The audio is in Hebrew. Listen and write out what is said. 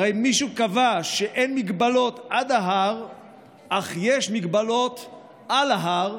הרי מישהו קבע שאין מגבלות עד ההר אך יש מגבלות על ההר,